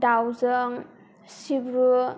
दाउजों सिब्रु